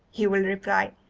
he will reply,